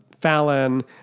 Fallon